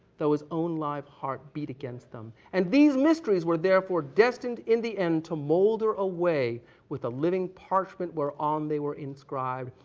though his own live heart beat against them. and these mysteries were therefore destined in the end to molder away with the living parchment where on they were inscribed,